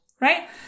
right